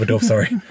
sorry